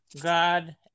God